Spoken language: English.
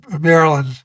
Maryland